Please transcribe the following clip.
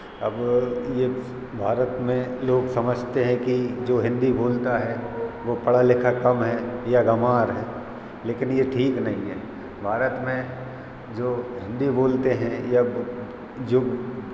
अब ये भारत में लोग समझते हैं कि जो हिन्दी बोलता है वो पढ़ा लिखा कम है या गंवार है लेकिन ये ठीक नहीं है भारत में जो हिन्दी बोलते हैं या जो